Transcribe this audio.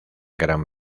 gran